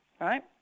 Right